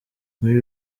muri